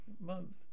month